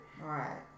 right